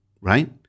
right